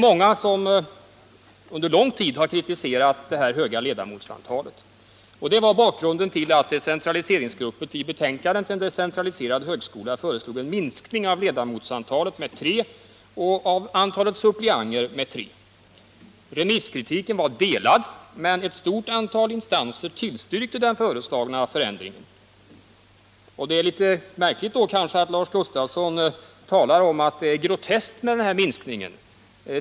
Många har under lång tid kritiserat det höga ledamotsantalet. Det var bakgrunden till att decentraliseringsgruppen i betänkandet En decentraliserad högskola föreslog en minskning med tre ordinarie ledamöter och tre suppleanter. Remisskritiken var deiad, men ett stort antal instanser tillstyrkte den föreslagna förändringen. Det är litet märkligt att Lars Gustafsson talar om att det är groteskt med den här minskningen.